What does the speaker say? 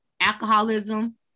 alcoholism